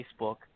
Facebook